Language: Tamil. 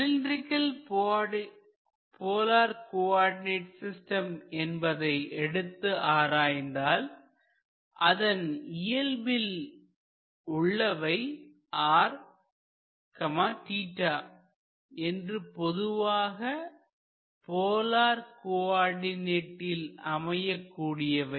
சிலிண்டிரிக்ள் போலார் கோஆர்டிநெட் சிஸ்டம் என்பதை எடுத்து ஆராய்ந்தால் அதன் இயல்பில் உள்ளவை r என்று பொதுவாக போலார் கோஆர்டிநெட்டில் அமையக் கூடியவை